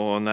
Herr talman!